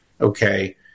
okay